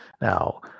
now